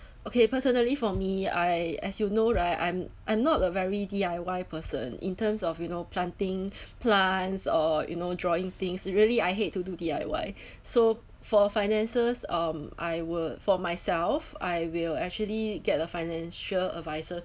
okay personally for me I as you know right I'm I'm not a very D_I_Y person in terms of you know planting plants or you know drawing things really I hate to do D_I_Y so for finances um I will for myself I will actually get the financial advisor